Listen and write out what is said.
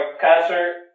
concert